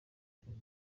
ibitaro